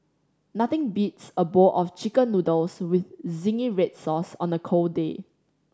nothing beats a bowl of Chicken Noodles with zingy red sauce on a cold day